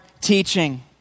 teaching